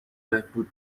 بهبود